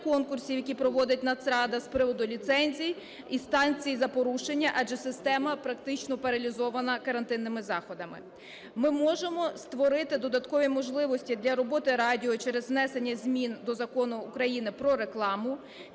які проводить Нацрада з приводу ліцензій; і санкції за порушення, адже система практично паралізована карантинними заходами. Ми можемо створити додаткові можливості для роботи радіо через внесення змін до Закону України "Про рекламу",